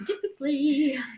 Typically